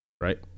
Right